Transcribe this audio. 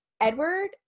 Edward